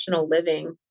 living